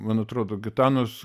man atrodo gitanos